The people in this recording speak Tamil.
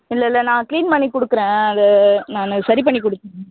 இல்லைல்ல நான் க்ளீன் பண்ணிக் கொடுக்குறேன் அதை நான் சரி பண்ணிக் கொடுத்துட்றேன்